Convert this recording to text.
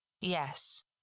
Yes